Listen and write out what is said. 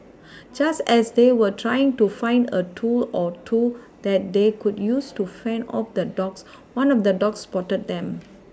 just as they were trying to find a tool or two that they could use to fend off the dogs one of the dogs spotted them